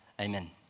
Amen